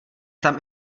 tam